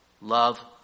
love